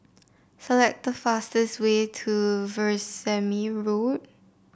select the fastest way to Veerasamy Road